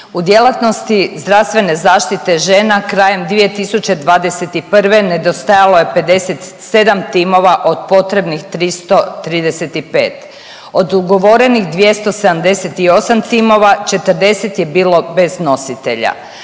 U djelatnosti zdravstvene zaštite žena krajem 2021. nedostajalo je 57 timova od potrebnih 335, od ugovorenih 278 timova 40 je bilo bez nositelja.